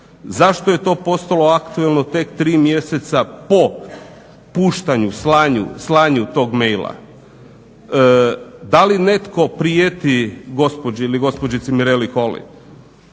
zašto je to postalo aktualno tek tri mjeseca po puštanju, slanju tog mail-a? Da li netko prijeti gospođi ili gospođici Mireli Holly?